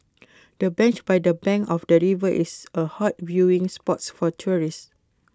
the bench by the bank of the river is A hot viewing spots for tourists